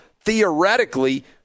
theoretically